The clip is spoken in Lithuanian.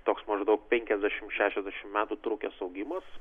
toks maždaug penkiasdešimt šešiasdešimt metų trukęs augimas